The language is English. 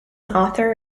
author